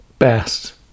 Best